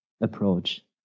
approach